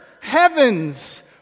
heavens